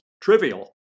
trivial